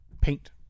Paint